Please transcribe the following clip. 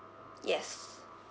yes